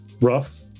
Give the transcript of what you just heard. rough